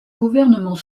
gouvernement